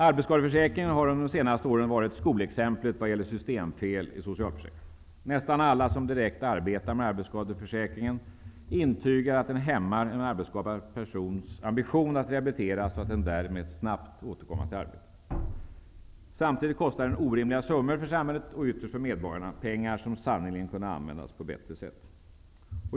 Arbetsskadeförsäkringen har under de senaste åren varit skolexemplet vad gäller systemfel i socialförsäkringen. Nästan alla som direkt arbetar med arbetsskadeförsäkringen intygar att den hämmar en arbetsskadad persons ambitioner att låta sig rehabiliteras för att därmed snabbt återkomma till arbetet. Samtidigt kostar den orimliga summor för samhället och ytterst för medborgarna, pengar som sannerligen kunde användas på bättre sätt.